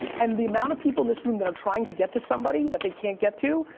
and the amount of people in this room that are trying to get to somebody that they can't get to,